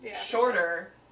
shorter